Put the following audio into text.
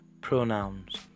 pronouns